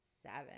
seven